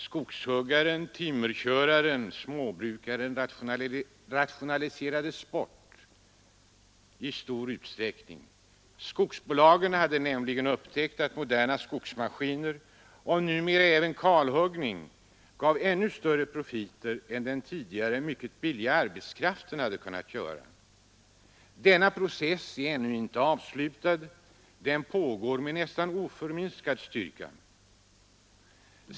Skogshuggaren, timmerköraren och småbrukaren rationaliserades bort i stor utsträckning. Skogsbolagen hade nämligen upptäckt att moderna skogsmaskiner och numera även kalhuggning gav ännu större profiter än den tidigare mycket billiga arbetskraften hade kunnat göra. Denna process är ännu inte avslutad — den pågår med nästan oförminskad styrka.